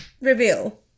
reveal